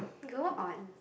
go on